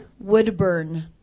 Woodburn